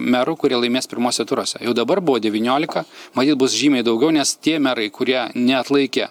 merų kurie laimės pirmuose turuose jau dabar buvo devyniolika matyt bus žymiai daugiau nes tie merai kurie neatlaikė